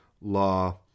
law